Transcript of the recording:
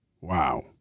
Wow